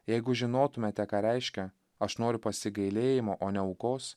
jeigu žinotumėte ką reiškia aš noriu pasigailėjimo o ne aukos